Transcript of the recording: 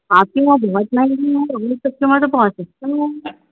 आपके वहाँ बहुत महंगी है वहाँ तो बहुत सस्ती है